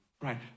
right